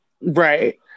Right